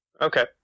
Okay